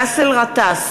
באסל גטאס,